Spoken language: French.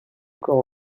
encore